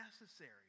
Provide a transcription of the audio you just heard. necessary